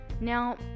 now